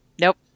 Nope